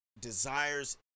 desires